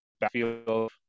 backfield